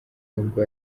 nubwo